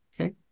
okay